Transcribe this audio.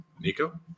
Nico